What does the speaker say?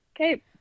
okay